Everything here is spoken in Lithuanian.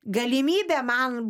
galimybė man